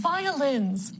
Violins